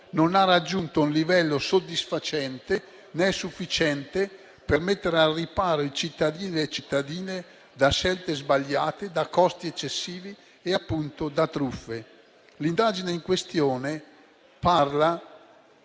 non ha raggiunto un livello soddisfacente, né sufficiente per mettere al riparo i cittadini e le cittadine da scelte sbagliate, da costi eccessivi e, appunto, da truffe. L'indagine in questione parla